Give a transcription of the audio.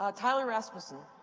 um tyler rasmussen.